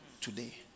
today